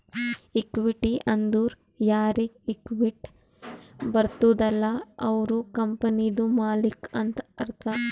equity ಅಂದುರ್ ಯಾರಿಗ್ equity ಬರ್ತುದ ಅಲ್ಲ ಅವ್ರು ಕಂಪನಿದು ಮಾಲ್ಲಿಕ್ ಅಂತ್ ಅರ್ಥ